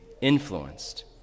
influenced